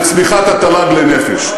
וצמיחת התל"ג לנפש.